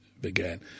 began